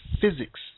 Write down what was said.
physics